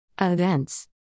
Events